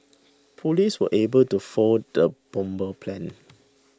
police were able to foil the bomber's plans